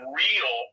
real